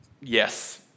yes